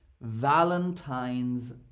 Valentine's